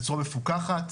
בצורה מפוקחת,